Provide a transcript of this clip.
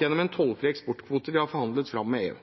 gjennom en tollfri eksportkvote vi har forhandlet fram med EU.